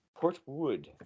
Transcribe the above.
Portwood